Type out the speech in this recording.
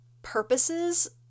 Purposes